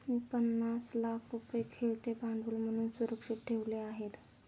मी पन्नास लाख रुपये खेळते भांडवल म्हणून सुरक्षित ठेवले आहेत